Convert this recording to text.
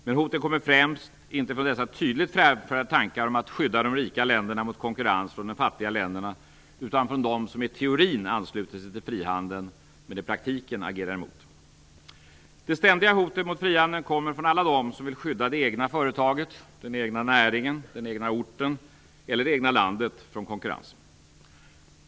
Men hotet kommer främst inte från dessa tydligt framförda tankar om att skydda de rika länderna mot konkurrens från de fattiga länderna utan från dem som i teorin ansluter sig till frihandeln men i praktiken agerar emot. Det ständiga hotet mot frihandeln kommer från alla dem som vill skydda det egna företaget, den egna näringen, den egna orten eller det egna landet från konkurrens.